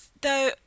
Though